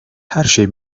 herşey